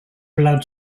blood